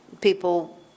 people